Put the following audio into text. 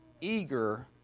eager